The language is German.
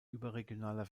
überregionaler